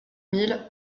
mille